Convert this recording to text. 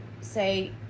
say